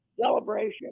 celebration